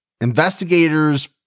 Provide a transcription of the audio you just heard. Investigators